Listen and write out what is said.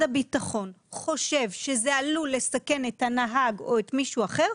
הביטחון חושב שזה עלול לסכן את הנהג או את מישהו אחר,